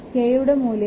2 ഉം k യുടെ മൂല്യം 1